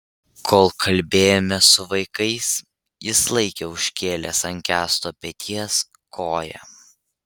kol kalbėjomės su vaikais jis laikė užkėlęs ant kęsto peties koją